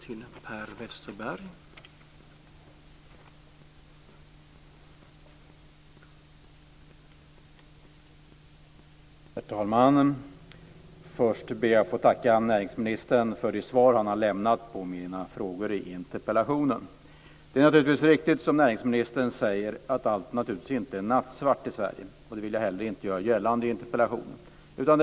Herr talman! Först ber jag att få tacka näringsministern för det svar han har lämnat på mina frågor i interpellationen. Det är naturligtvis riktigt som näringsministern säger att allt inte är nattsvart i Sverige. Det vill jag heller inte göra gällande i interpellationen.